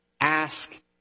ask